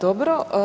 Dobro.